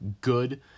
good